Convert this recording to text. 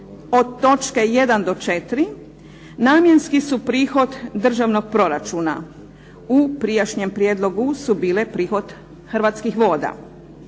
od točke 1. do 4. namjenski su prihod državnog proračuna, u prijašnjem prijedlogu su bile prihod Hrvatskih voda.